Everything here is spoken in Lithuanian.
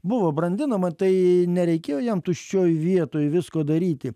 buvo brandinama tai nereikėjo jam tuščioj vietoj visko daryti